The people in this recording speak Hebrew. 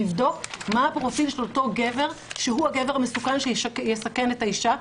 לבדוק מה הפרופיל של אותו גבר שהוא הגבר המסוכן שיסכן את האישה.